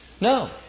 No